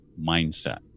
mindset